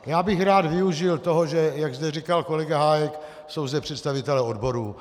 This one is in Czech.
Já bych rád využil toho, jak zde říkal kolega Hájek, jsou zde představitelé odborů.